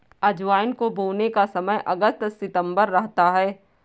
अजवाइन को बोने का समय अगस्त सितंबर रहता है